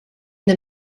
the